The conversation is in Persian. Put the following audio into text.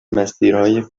مسیرهای